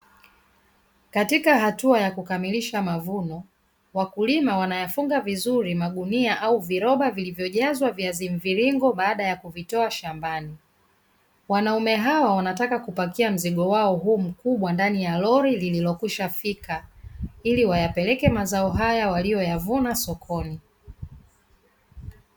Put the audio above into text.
Katika hatua ya kukamilisha mavuno, wakulima wanayafunga vizuri magunia au viroba vilivyojazwa viazi mvirngo baada ya kuvitoa shambani. Wanaume hawa wanataka kupakia mzigo wao huu mkubwa ndani ya lori lililokwisha fika ili wayapeleke mazao haya waliyo yavuna sokoni.